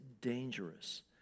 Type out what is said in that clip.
dangerous